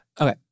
Okay